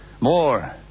more